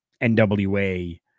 NWA